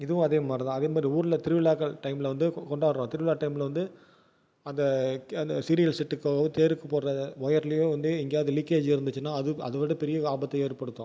இதுவும் அதே மாதிரி தான் அதே மாரி ஊரில் திருவிழாக்கள் டைமில் வந்து கொ கொண்டாடுறோம் திருவிழா டைமில் வந்து அந்த அந்த சீரியல் செட்டுக்கோ தேருக்கு போகிற ஒயர்லயோ வந்து எங்கேயாவது லீக்கேஜ் இருந்துச்சுன்னா அது அதைவிட பெரிய ஆபத்து ஏற்படுத்தும்